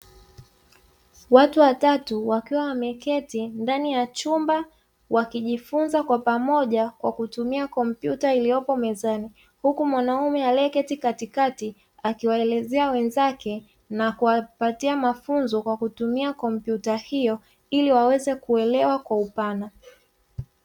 Watu watatu wakiwa wameketi ndani ya chumba wakijifunza kwa pamoja kwa kutumia kompyuta iliyopo mezani, huku mwanamume aliyeketi katikati akiwaelezea wenzake na kuwapatia mafunzo kwa kutumia kompyuta hiyo ili waweze kuelewa kwa upana.